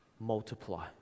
multiply